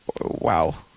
Wow